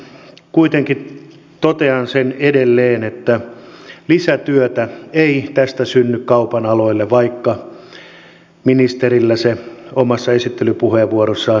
kuitenkin totean sen edelleen että lisätyötä ei tästä synny kaupan aloille vaikka ministerillä se omassa esittelypuheenvuorossaan esille tuli